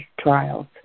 trials